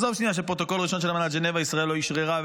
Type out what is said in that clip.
נעזוב שנייה שאת הפרוטוקול הראשון של אמנת ז'נבה ישראל לא אשררה.